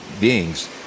beings